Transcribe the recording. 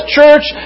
church